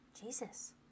Jesus